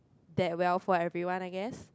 that well for everyone I guess